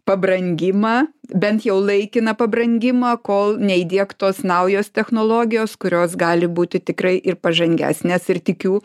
pabrangimą bent jau laikiną pabrangimą kol neįdiegtos naujos technologijos kurios gali būti tikrai ir pažangesnės ir tikiu